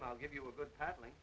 and i'll give you a good paddling